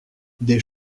des